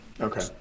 okay